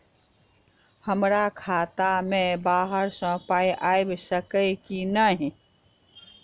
हमरा खाता मे बाहर सऽ पाई आबि सकइय की नहि?